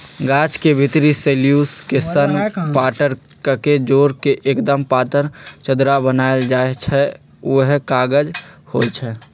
गाछ के भितरी सेल्यूलोस के सन पातर कके जोर के एक्दम पातर चदरा बनाएल जाइ छइ उहे कागज होइ छइ